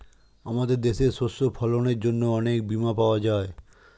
আমাদের দেশে শস্য ফসলের জন্য অনেক বীমা পাওয়া যায়